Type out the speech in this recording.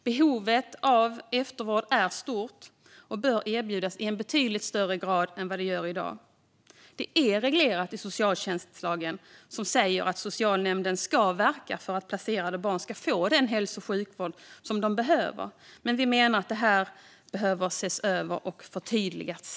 Behovet av eftervård är stort och bör erbjudas i betydligt högre grad än i dag. Detta är reglerat i socialtjänstlagen, som säger att socialnämnden ska verka för att placerade barn får den hälso och sjukvård de behöver, men vi menar att den frågan måste ses över och förtydligas.